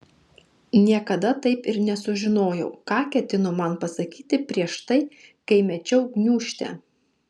niekada taip ir nesužinojau ką ketino man pasakyti prieš tai kai mečiau gniūžtę